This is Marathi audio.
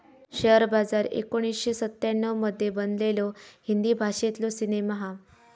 शेअर बाजार एकोणीसशे सत्त्याण्णव मध्ये बनलेलो हिंदी भाषेतलो सिनेमा हा